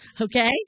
Okay